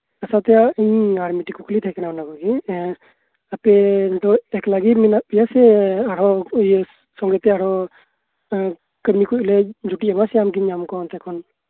ᱚᱱᱟ ᱥᱟᱶᱛᱮ ᱤᱧ ᱟᱨ ᱢᱤᱜᱴᱤᱡ ᱠᱩᱠᱞᱤ ᱛᱟᱦᱮᱸ ᱠᱟᱱᱟ ᱠᱟᱱᱟ ᱚᱱᱟ ᱠᱚᱜᱮ ᱮᱻ ᱟᱯᱮ ᱫᱚ ᱮᱠᱞᱟ ᱜᱮ ᱢᱮᱱᱟᱜ ᱯᱮᱭᱟ ᱥᱮ ᱟᱨᱦᱚᱸ ᱤᱭᱟᱹ ᱥᱚᱸᱜᱮᱛᱮ ᱟᱨᱦᱚᱸ ᱮᱻ ᱠᱟᱢᱤ ᱠᱚ ᱞᱮ ᱡᱩᱴᱩᱡ ᱟᱯᱮᱭᱟ ᱥᱮ ᱟᱢᱜᱮᱢ ᱧᱟᱢ ᱠᱚᱣᱟ ᱚᱱᱛᱮ ᱠᱷᱚᱱ